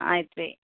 ಆಯ್ತು ರೀ